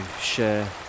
share